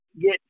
get